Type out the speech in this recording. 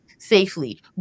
safely